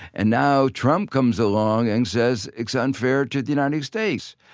and now trump comes along and says it's unfair to the united states.